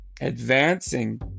advancing